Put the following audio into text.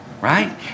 right